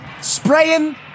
spraying